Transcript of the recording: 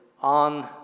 on